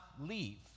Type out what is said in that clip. leave